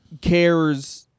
cares